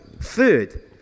Third